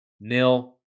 nil